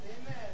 Amen